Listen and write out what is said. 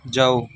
ਜਾਓ